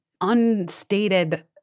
unstated